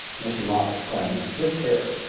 mr. moss exclaimed, with spirit.